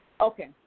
Okay